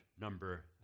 number